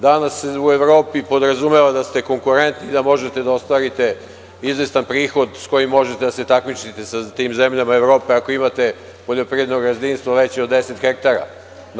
Danas se u Evropi podrazumeva da ste konkurent, da možete da ostvarite izvestan prihod s kojim možete da se takmičite sa tim zemljama Evrope, ako imate poljoprivredno gazdinstvo veće od 10 hektara.